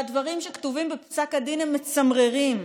והדברים שכתובים בפסק הדין הם מצמררים,